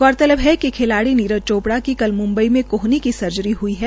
गौरतलब है कि खिलाड़ी नीरज चोपड़ा की कल मुम्बई में कोहनी की सर्जरी हुई है